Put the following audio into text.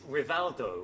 Rivaldo